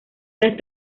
las